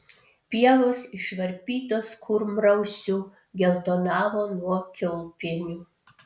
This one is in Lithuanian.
pievos išvarpytos kurmrausių geltonavo nuo kiaulpienių